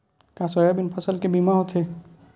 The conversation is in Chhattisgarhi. का सोयाबीन फसल के बीमा होथे?